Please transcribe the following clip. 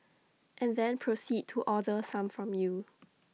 and then proceed to order some from you